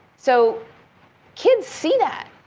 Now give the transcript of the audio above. so kids see that.